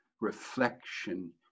reflection